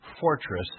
fortress